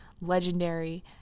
legendary